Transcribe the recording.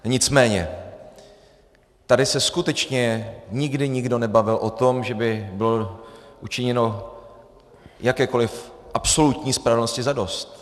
Nicméně tady se skutečně nikdy nikdo nebavil o tom, že by bylo učiněno jakékoliv absolutní spravedlnosti zadost.